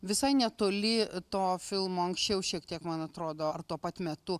visai netoli to filmo anksčiau šiek tiek man atrodo ar tuo pat metu